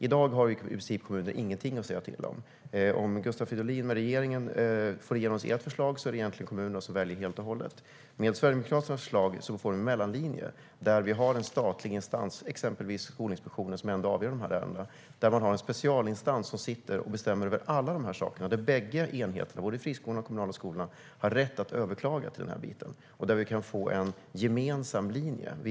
I dag har kommunerna i princip ingenting att säga till om. Om Gustav Fridolin och regeringen får igenom sitt förslag är det kommunerna som väljer helt och hållet. Med Sverigedemokraternas förslag blir det en mellanlinje med en statlig instans, exempelvis Skolinspektionen, som ändå avgör ärendena, och en specialinstans som bestämmer över alla dessa frågor, där bägge enheter, både friskolan och den kommunala skolan, har rätt att överklaga. Vi kan få en gemensam linje.